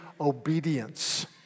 obedience